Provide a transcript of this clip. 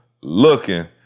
looking